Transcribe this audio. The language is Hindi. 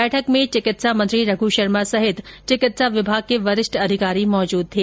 बैठक में चिकित्सा मंत्री रघू शर्मा सहित चिकित्सा विभाग के वरिष्ठ अधिकारी मौजूद थे